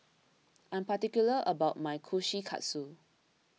I am particular about my Kushikatsu